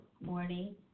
morning